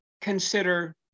consider